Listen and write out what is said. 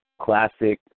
classic